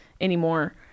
Anymore